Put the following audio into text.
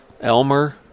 Elmer